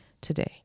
today